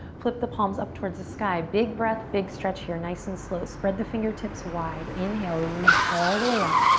flip the palms up towards the sky. big breath, big stretch here. nice and slow, spread the fingertips wide. inhale, reach all the way up.